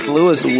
Lewis